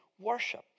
worship